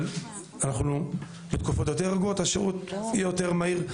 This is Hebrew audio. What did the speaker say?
אבל בתקופת יותר רגועות השירות יהיה יותר מהיר,